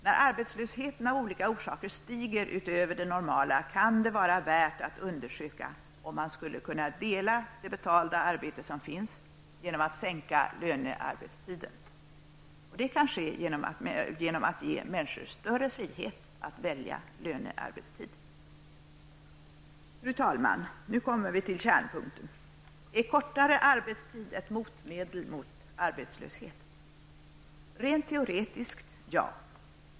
När arbetslösheten av olika orsaker stiger utöver det normala, kan det vara värt att undersöka om man skulle kunna dela det betalda arbete som finns genom att sänka lönearbetstiden. Det kan ske genom att ge människor större frihet att välja lönearbetstid. Fru talman! Nu kommer vi till kärnpunkten: Är kortare arbetstid ett motmedel mot arbetslöshet? Rent teoretiskt -- ja!